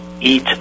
eat